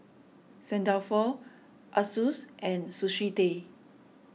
St Dalfour Asus and Sushi Tei